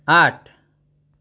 आठ